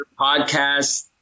podcast